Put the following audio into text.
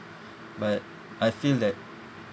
but I feel that